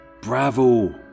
Bravo